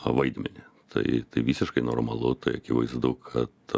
vaidmenį tai tai visiškai normalu tai akivaizdu kad